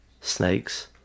Snakes